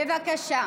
בבקשה.